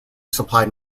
supplied